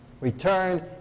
Return